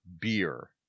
beer